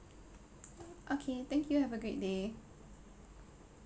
okay thank you have a great day